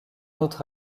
autre